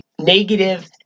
negative